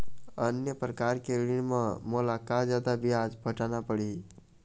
अन्य प्रकार के ऋण म मोला का जादा ब्याज पटाना पड़ही?